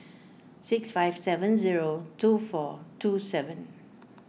six five seven zero two four two seven